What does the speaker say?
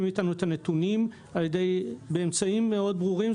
מאתנו את הנתונים באמצעים מאוד ברורים.